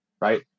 Right